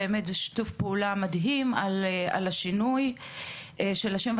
זה שיתוף פעולה מדהים בשינוי השם.